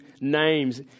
names